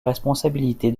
responsabilité